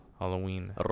Halloween